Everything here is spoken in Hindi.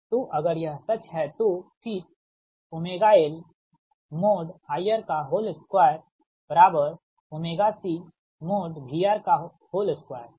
तो अगर यह सच है तो फिर LIR2CVR2 ठीक